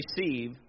receive